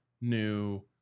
new